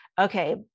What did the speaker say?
Okay